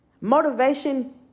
motivation